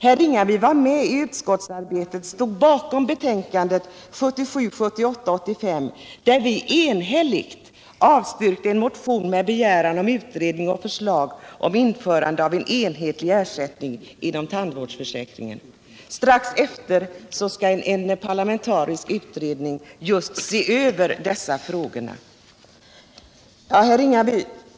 Herr Ringaby var med i utskottsarbetet och stod bakom betänkandet 1977/78:85, där vi enhälligt avstyrkte en motion med begäran om utredning och förslag om införande av en enhetlig ersättning inom tandvårdsförsäkringen, men strax efteråt skall en parlamentarisk utredning se över just den frågan.